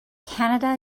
canada